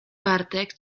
bartek